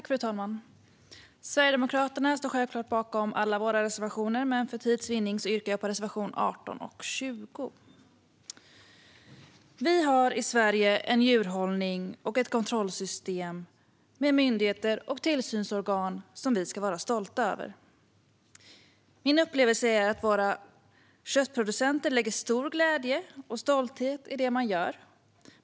Fru talman! Sverigedemokraterna står självklart bakom alla sina reservationer, men för tids vinnande yrkar jag bifall endast till reservationerna 18 och 20. Vi har i Sverige en djurhållning och ett kontrollsystem med myndigheter och tillsynsorgan som vi ska vara stolta över. Min upplevelse är att våra köttproducenter lägger stor glädje och stolthet i det de gör.